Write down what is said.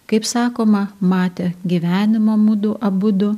kaip sakoma matę gyvenimą mudu abudu